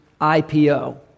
IPO